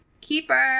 Keeper